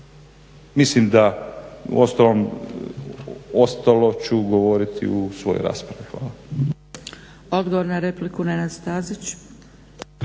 Mislim da ću ostalo govoriti u svojoj raspravi. Hvala.